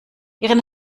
ihren